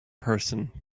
person